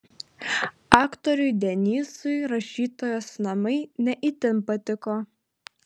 aktoriui denysui rašytojos namai ne itin patiko